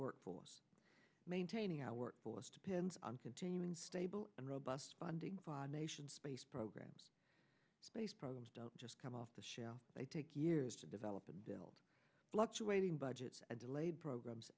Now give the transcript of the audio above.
workforce maintaining our workforce depends on continuing stable and robust funding for our nation's space programs space programs don't just come off the shelf they take years to develop and build fluctuating budgets and delayed programs